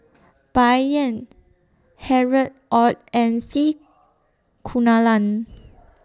Bai Yan Harry ORD and C Kunalan